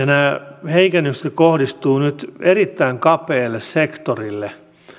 nämä heikennykset kohdistuvat nyt erittäin kapealle sektorille